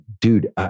dude